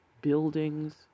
buildings